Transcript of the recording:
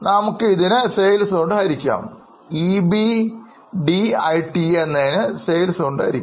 നമ്മൾ ഇതിനെ സെയിൽസ് ഉപയോഗിച്ച് ഹരിക്കാം